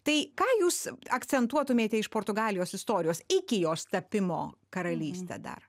tai ką jūs akcentuotumėte iš portugalijos istorijos iki jos tapimo karalyste dar